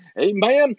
Amen